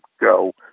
go